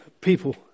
People